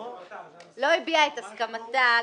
היא עוד לא הביעה את הסכמתה.